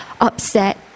upset